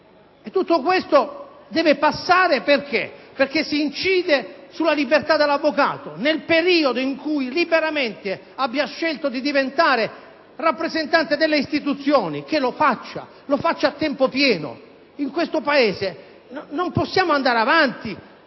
tutto ciò deve passare perché altrimenti si incide sulla libertà dell'avvocato? Ma nel periodo in cui liberamente abbiano scelto di diventare rappresentanti delle istituzioni, che lo facciano a tempo pieno. In questo Paese non possiamo andare avanti.